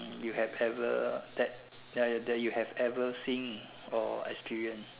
you have ever that that you have ever seen or experienced